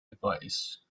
advice